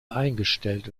eingestellt